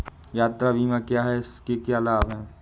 यात्रा बीमा क्या है इसके क्या लाभ हैं?